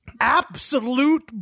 Absolute